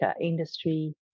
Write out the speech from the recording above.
industry